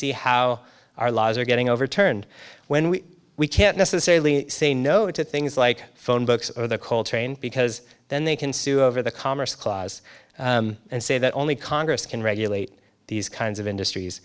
see how our laws are getting overturned when we we can't necessarily say no to things like phonebooks or the coal train because then they can sue over the commerce clause and say that only congress can regulate these kinds of industries